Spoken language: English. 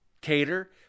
Cater